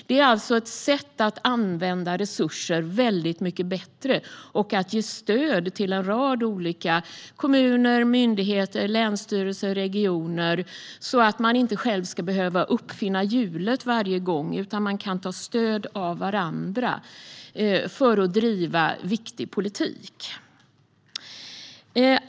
Det är alltså ett sätt att använda resurser mycket bättre och att ge stöd till en rad olika kommuner, myndigheter, länsstyrelser och regioner så att man inte själv ska behöva uppfinna hjulet varje gång. Man kan i stället ta stöd av varandra för att driva viktig politik.